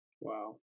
Wow